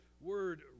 word